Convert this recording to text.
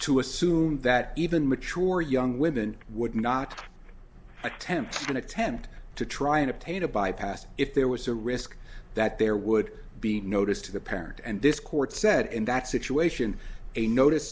to assume that even mature young women would not attempt an attempt to try and obtain a bypass if there was a risk that there would be notice to the parent and this court said in that situation a notice